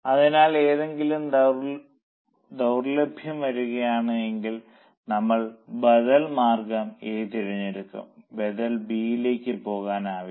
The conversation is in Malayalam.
അതിനാൽ എന്തെങ്കിലും ദൌർലഭ്യം വരുകയാണെങ്കിൽ നമ്മൾ ബദൽ മാർഗം എ തിരഞ്ഞെടുക്കും ബദൽ ബി യിലേക്ക് പോകാനാവില്ല